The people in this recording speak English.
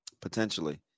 potentially